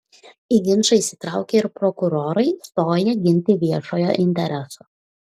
į ginčą įsitraukė ir prokurorai stoję ginti viešojo intereso